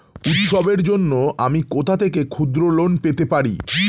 উৎসবের জন্য আমি কোথা থেকে ক্ষুদ্র লোন পেতে পারি?